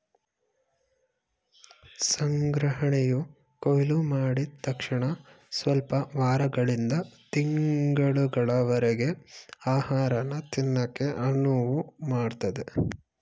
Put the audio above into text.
ಸಂಗ್ರಹಣೆಯು ಕೊಯ್ಲುಮಾಡಿದ್ ತಕ್ಷಣಸ್ವಲ್ಪ ವಾರಗಳಿಂದ ತಿಂಗಳುಗಳವರರ್ಗೆ ಆಹಾರನ ತಿನ್ನಕೆ ಅನುವುಮಾಡ್ತದೆ